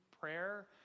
prayer